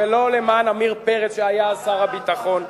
ולא למען עמיר פרץ שהיה אז שר הביטחון.